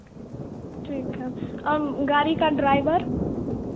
ठीक है गाड़ी का ड्राइवर